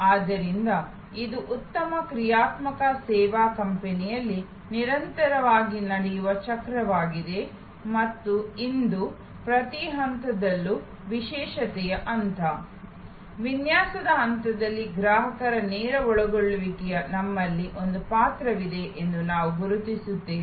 ಆದ್ದರಿಂದ ಇದು ಉತ್ತಮ ಕ್ರಿಯಾತ್ಮಕ ಸೇವಾ ಕಂಪನಿಯಲ್ಲಿ ನಿರಂತರವಾಗಿ ನಡೆಯುವ ಚಕ್ರವಾಗಿದೆ ಮತ್ತು ಇಂದು ಪ್ರತಿ ಹಂತದಲ್ಲೂ ವಿಶ್ಲೇಷಣೆಯ ಹಂತ ವಿನ್ಯಾಸದ ಹಂತದಲ್ಲಿ ಗ್ರಾಹಕರ ನೇರ ಒಳಗೊಳ್ಳುವಿಕೆಗೆ ನಮ್ಮಲ್ಲಿ ಒಂದು ಪಾತ್ರವಿದೆ ಎಂದು ನಾವು ಗುರುತಿಸುತ್ತೇವೆ